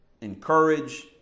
encourage